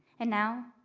and now,